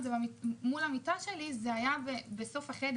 המיטה שלי הייתה ממוקמת בסוף החדר